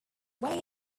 way